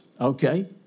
Okay